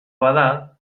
bada